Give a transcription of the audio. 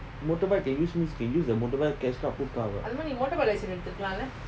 motorbike can use means can use the motorbike cash out put car [what]